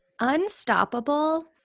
Unstoppable